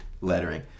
lettering